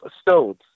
stones